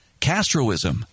Castroism